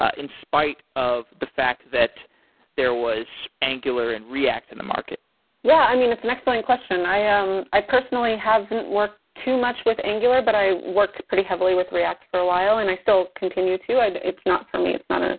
ah in spite of the fact that there was angular and react in the market yeah, i mean, it's an excellent question. i um i personally haven't worked too much with angular but i worked pretty heavily with react for a while and i still continue too, and it's not for me it's not ah